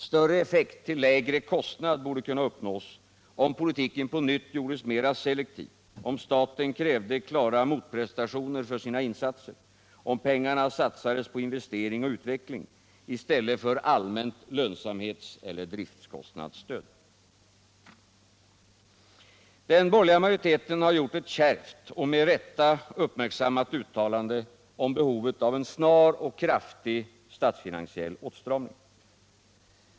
Större effekt till lägre kostnad borde kunna uppnås, om politiken på nytt gjordes mer selektiv, om staten krävde klara motprestationer för sina insatser, om pengarna satsades på investering och utveckling i stället för på allmänt lönsamhetseller driftkostnadsstöd. Den borgerliga majoriteten har gjort ett kärvt och med rätta uppmärksammat uttalande om behovet av en snar och kraftig statsfinansiell åtstramning.